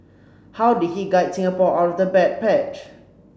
how did he guide Singapore out of the bad patch